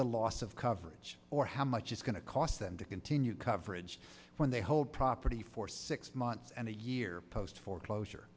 the loss of coverage or how much it's going to cost them to continue coverage when they hold property for six months and a year post foreclosure